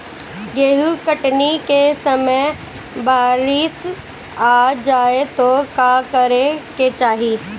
गेहुँ कटनी के समय बारीस आ जाए तो का करे के चाही?